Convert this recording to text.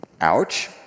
Ouch